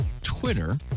Twitter